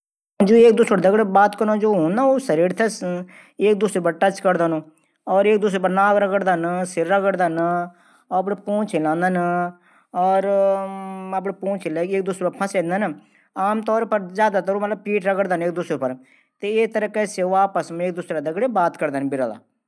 बिरलौं जू आपस मा बात करनो तरीक हूंद ऊ एक दूशरू पर अपडू शरीर चिपकांदा मलसदा छन। एक दूशर पर नाक सर रगड दन। अपडी पूंछ हिलदन और पूंछ एक दूशर मा फंसदन आमतौर पर बिरला आपस मा एक दूशर पर पीठ रगडदन।